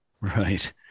Right